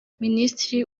minisitiri